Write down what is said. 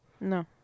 No